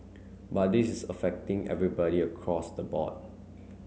but this is affecting everybody across the board